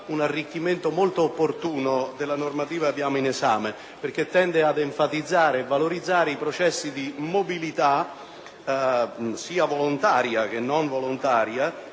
un arricchimento molto opportuno della normativa in esame, perché tende ad enfatizzare e valorizzare i processi di mobilità sia volontaria che non, anche